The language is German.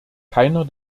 keiner